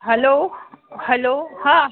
hello hello हां